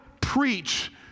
preach